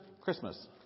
Christmas